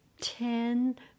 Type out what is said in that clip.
ten